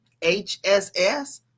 HSS